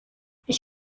ich